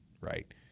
right